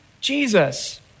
Jesus